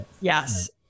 Yes